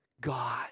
God